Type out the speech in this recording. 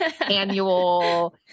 annual